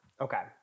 Okay